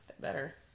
better